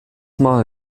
mal